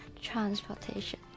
transportation